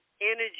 energy